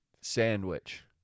sandwich